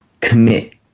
Commit